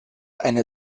eine